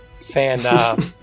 fan